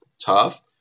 tough